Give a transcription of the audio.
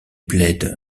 plaide